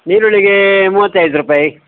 ಈರುಳ್ಳಿಗೆ ಮೂವತ್ತೈದು ರೂಪಾಯಿ